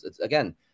again